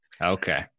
Okay